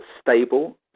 stable